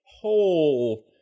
whole